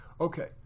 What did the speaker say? okay